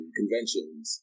conventions